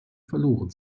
verloren